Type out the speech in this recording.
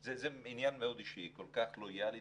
זה עניין מאוד אישי- אבל היא כל כך לויאלית